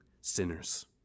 sinners